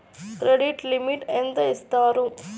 Credit limit ఎంత ఇస్తారు?